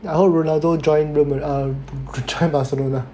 I hope Ronaldo joins um joins Barcelona